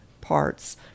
parts